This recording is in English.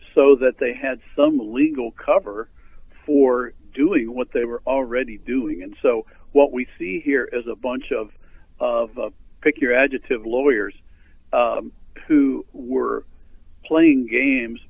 so that they had some a legal cover for doing what they were already doing and so what we see here is a bunch of pick your adjective lawyers who were playing games